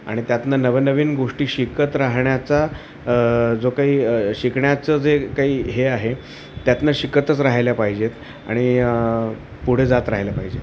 आणि त्यातून नवननवीन गोष्टी शिकत राहण्याचा जो काही शिकण्याचं जे काही हे आहे त्यातून शिकतच राह्यला पाहिजेत आणि पुढे जात राहिल्या पाहिजेत